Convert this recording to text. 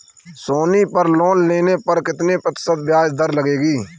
सोनी पर लोन लेने पर कितने प्रतिशत ब्याज दर लगेगी?